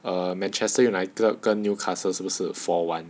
err manchester united 跟 newcastle 是不是 four one